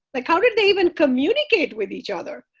like how did they even communicate with each other?